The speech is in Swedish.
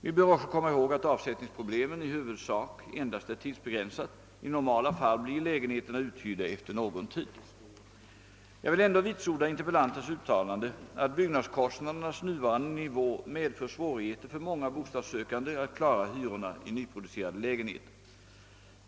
Vi bör också komma ihåg att avsättningsproblemet i huvudsak endast är tidsbegränsat. I normala fall blir lägenheterna uthyrda efter någon tid. Jag vill ändå vitsorda interpellantens uttalande att byggnadskostnadernas nuvarande nivå medför svårigheter för många bostadssökande att klara hyrorna i nyproducerade lägenheter.